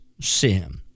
sin